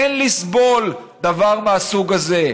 אין לסבול דבר מהסוג הזה.